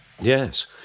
Yes